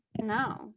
No